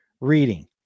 reading